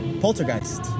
Poltergeist